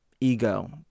Ego